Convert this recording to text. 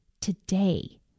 today